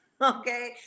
Okay